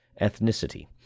ethnicity